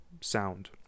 Sound